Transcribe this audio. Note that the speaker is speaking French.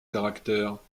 caractère